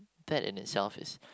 that in itself is